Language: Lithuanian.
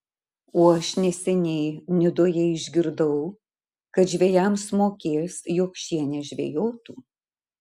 o aš neseniai nidoje išgirdau kad žvejams mokės jog šie nežvejotų